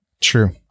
True